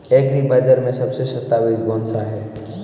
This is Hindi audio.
एग्री बाज़ार में सबसे सस्ता बीज कौनसा है?